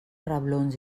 reblons